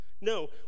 No